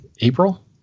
April